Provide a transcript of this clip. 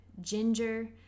ginger